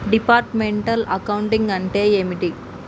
Departmental accounting అంటే ఏమిటి?